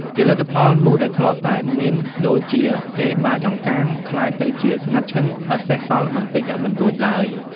ជាលទ្ធផល មូសដែលធ្លាប់តែមានដូចជាគេបាចអង្កាម ក្លាយទៅជា ស្ងាត់ឈឹងឥតសេសសល់បន្តិចបន្តួចឡើយ។